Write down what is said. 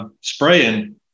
spraying